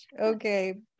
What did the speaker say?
okay